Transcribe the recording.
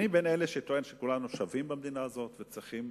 אני בין אלה שטוענים שכולנו שווים במדינה הזאת וצריכים